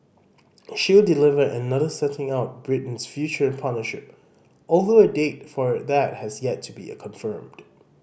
she will deliver another setting out Britain's future partnership although a date for that has yet to be confirmed